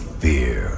fear